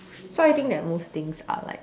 so I think that most things are like